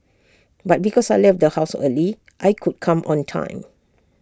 but because I left the house early I could come on time